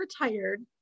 retired